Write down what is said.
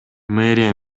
мэрия